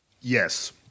Yes